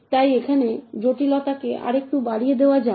তাই এখন জটিলতাকে আরেকটু বাড়িয়ে দেওয়া যাক